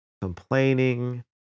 complaining